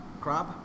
crab